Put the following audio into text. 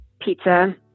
pizza